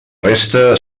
resta